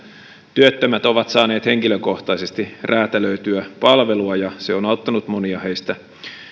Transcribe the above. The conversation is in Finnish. työttömät ovat saaneet henkilökohtaisesti räätälöityä palvelua ja se on auttanut monia heistä